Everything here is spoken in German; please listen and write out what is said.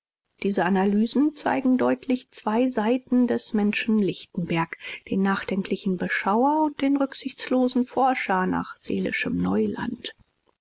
diese analysen zeigen deutlich zwei seiten des menschen lichtenberg den nachdenklichen beschauer und den rücksichtslosen forscher nach seelischem neuland